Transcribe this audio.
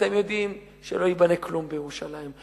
אתם יודעים שלא ייבנה כלום בירושלים.